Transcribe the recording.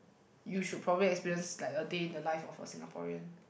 you should probably experience like a day in the life of a Singaporean